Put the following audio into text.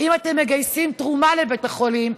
אם אתם מגייסים תרומה לבית החולים,